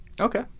Okay